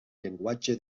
llenguatge